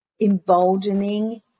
emboldening